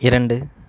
இரண்டு